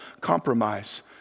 compromise